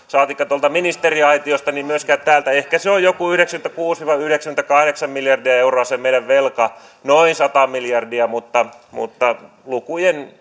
saatikka tuolta ministeriaitiosta niin myöskin täältä ehkä se meidän velka on joku yhdeksänkymmentäkuusi viiva yhdeksänkymmentäkahdeksan miljardia euroa noin sata miljardia mutta mutta lukujen